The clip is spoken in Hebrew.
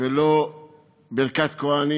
ולא ברכת כוהנים.